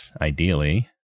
ideally